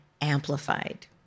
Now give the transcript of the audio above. amplified